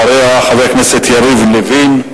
אחריה, חבר הכנסת יריב לוין.